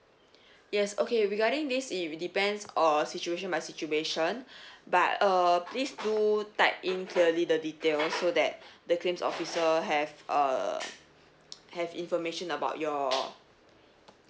yes okay regarding this it depends or situation by situation but uh please do typed in clearly the detail so that the claims officer have uh have information about your